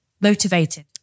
motivated